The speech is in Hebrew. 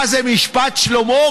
מה זה, משפט שלמה?